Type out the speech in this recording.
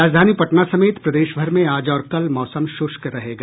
राजधानी पटना समेत प्रदेशभर में आज और कल मौसम शृष्क रहेगा